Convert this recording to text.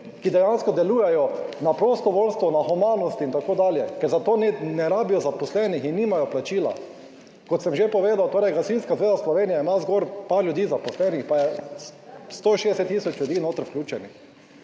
ki dejansko delujejo na prostovoljstvu, na humanosti, itd., ker za to ne rabijo zaposlenih in nimajo plačila. Kot sem že povedal, torej Gasilska zveza Slovenije je nas gor par ljudi zaposlenih, pa je 160 tisoč ljudi noter vključenih.